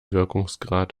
wirkungsgrad